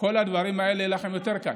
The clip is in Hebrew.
כל הדברים האלה יהיו לכם יותר קלים.